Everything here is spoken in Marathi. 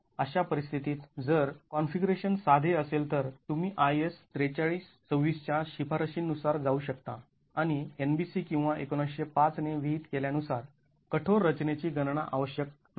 अशा परिस्थितीत जर कॉन्फिगरेशन साधे असेल तर तुम्ही IS ४३२६ च्या शिफारशींनुसार जाऊ शकता आणि NBC किंवा १९०५ ने विहित केल्या नुसार कठोर रचनेची गणना आवश्यक नाही